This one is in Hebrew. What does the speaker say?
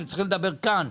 אתם צריכים לדבר כאן.